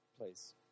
please